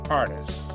artists